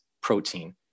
protein